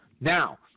Now